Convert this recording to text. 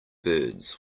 birds